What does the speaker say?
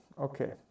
Okay